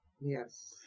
Yes